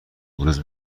بلوز